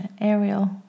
Ariel